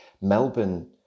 Melbourne